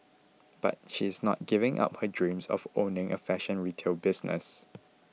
but she is not giving up her dreams of owning a fashion retail business